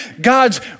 God's